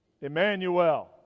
Emmanuel